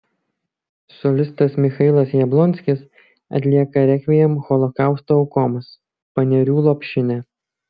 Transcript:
solistas michailas jablonskis atlieka rekviem holokausto aukoms panerių lopšinę